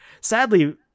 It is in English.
sadly